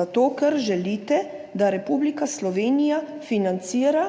zato ker želite, da Republika Slovenija financira